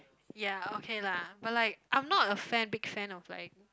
ya okay lah but like I'm not a fan big fan of like